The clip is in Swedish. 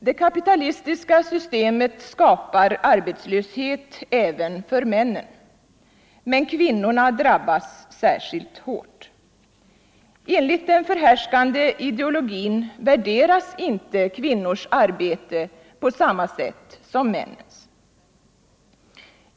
Det kapitalistiska samhället skapar arbetslöshet även för männen. Men kvinnorna drabbas särskilt hårt. Enligt den förhärskande ideologin värderas inte kvinnornas arbete på samma sätt som männens.